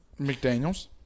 McDaniels